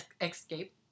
Escape